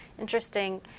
Interesting